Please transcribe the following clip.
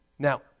Now